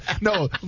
No